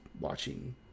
watching